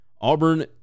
Auburn